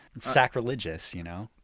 sacrilegious, you know?